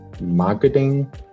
marketing